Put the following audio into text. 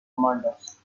commanders